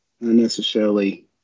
unnecessarily